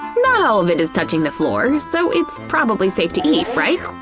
not all of it is touching the floor so it's probably safe to eat, right?